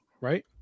right